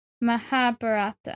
Mahabharata